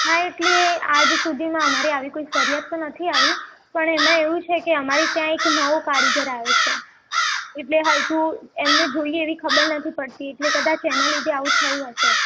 હા એટલે આજ સુધીમાં અમારી આવી કોઈ ફરિયાદ તો નથી આવી પણ એમાં એવું છે કે અમારે ત્યાં એક નવો કારીગર આવ્યો છે એટલે હજુ એમને જોઈએ એવી ખબર નથી પડતી એટલે કદાચ એના લીધે આવું થયું હશે